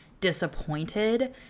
disappointed